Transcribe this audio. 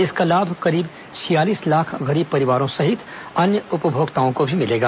इसका लाभ करीब छियालीस लाख गरीब परिवारों सहित अन्य उपभोक्ताओं को भी मिलेगा